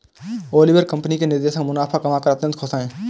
Oliver company के निवेशक मुनाफा कमाकर अत्यंत खुश हैं